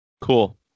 cool